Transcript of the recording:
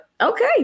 okay